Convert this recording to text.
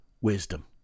wisdom